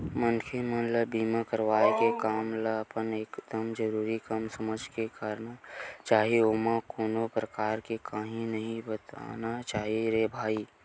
मनखे मन ल बीमा करवाय के काम ल अपन एकदमे जरुरी काम समझ के करना चाही ओमा कोनो परकार के काइही नइ बरतना चाही रे भई